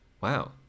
Wow